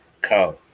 co